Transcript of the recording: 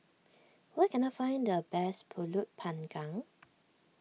where can I find the best Pulut Panggang